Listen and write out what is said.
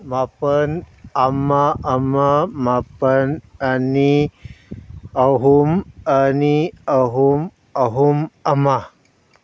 ꯃꯥꯄꯜ ꯑꯃ ꯑꯃ ꯃꯥꯄꯜ ꯑꯅꯤ ꯑꯍꯨꯝ ꯑꯅꯤ ꯑꯍꯨꯝ ꯑꯍꯨꯝ ꯑꯃ